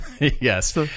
Yes